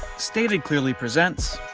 stated clearly presents